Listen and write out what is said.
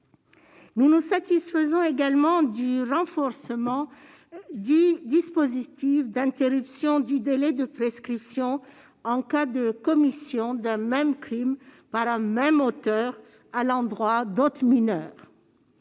Nous nous satisfaisons également du renforcement du dispositif d'interruption du délai de prescription en cas de commission d'un même crime par un même auteur à l'endroit d'autres mineurs.